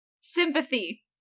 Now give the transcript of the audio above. sympathy